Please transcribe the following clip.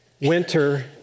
winter